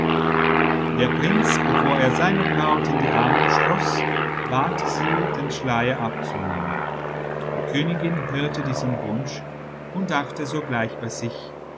der prinz bevor er seine braut in die arme schloß bat sie den schleier abzunehmen die königin hörte diesen wunsch und dachte sogleich bei sich